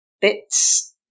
bits